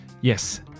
Yes